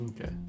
Okay